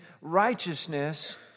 righteousness